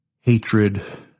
hatred